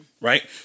right